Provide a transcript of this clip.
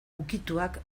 ukituak